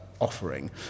offering